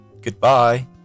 Goodbye